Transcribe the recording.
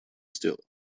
still